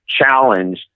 challenge